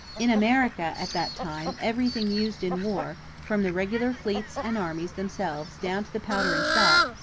in america, at that time, everything used in war, from the regular fleets and armies themselves down to the powder and shot,